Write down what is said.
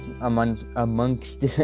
amongst